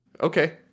Okay